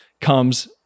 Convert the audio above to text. comes